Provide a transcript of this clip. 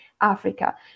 africa